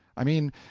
i mean,